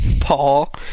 Paul